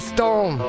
Storm